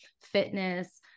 fitness